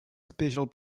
special